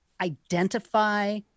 identify